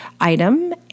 Item